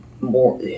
more